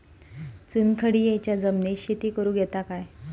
चुनखडीयेच्या जमिनीत शेती करुक येता काय?